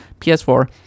PS4